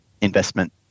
investment